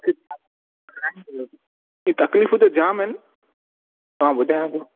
तकलीफ़ूं त जाम आहिनि हा ॿुधायां थो